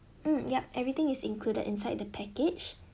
mm yup everything is included inside the package